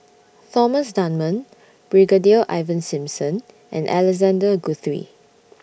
Thomas Dunman Brigadier Ivan Simson and Alexander Guthrie